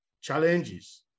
challenges